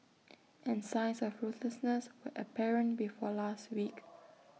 and signs of ruthlessness were apparent before last week